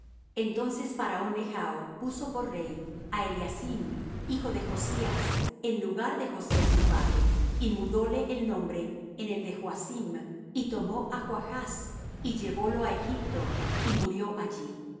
entonces faraón necho puso por rey á eliacim hijo de josías en lugar de josías su padre y mudóle el nombre en el de joacim y tomó á joachz y llevólo á egipto y murió allí